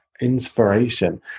inspiration